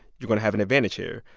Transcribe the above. you're going to have an advantage here.